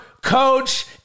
coach